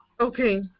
Okay